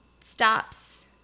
stops